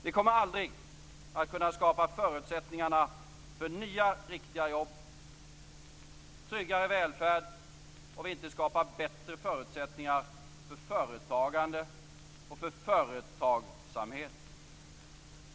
Vi kommer aldrig att kunna skapa förutsättningarna för nya riktiga jobb och tryggare välfärd om vi inte skapar bättre förutsättningar för företagande och företagsamhet.